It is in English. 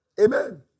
Amen